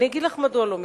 אגיד לך מדוע לא מתלוננים: